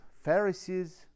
Pharisees